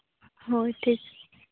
ᱦᱳᱭ ᱴᱷᱤᱠ